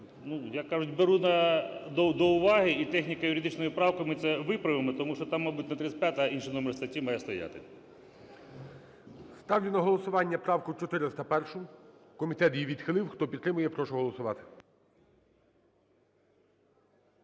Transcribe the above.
як кажуть, беру до уваги і техніко-юридичними правками це виправимо. Тому що там, мабуть, не 35, а інший номер статті має стояти. ГОЛОВУЮЧИЙ. Ставлю на голосування правку 401. Комітет її відхилив. Хто підтримує, я прошу голосувати.